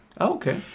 Okay